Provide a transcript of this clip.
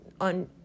on